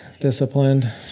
disciplined